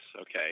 Okay